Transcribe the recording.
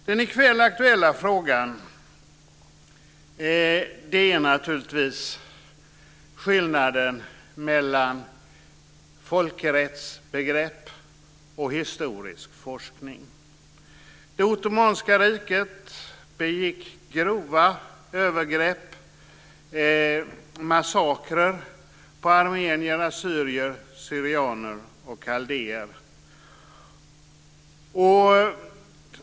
Den i kväll aktuella frågan gäller naturligtvis skillnaden mellan folkrättsbegrepp och historisk forskning. Det ottomanska riket begick grova övergrepp och massakrer på armenier, assyrier/syrianer och kaldéer.